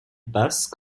basse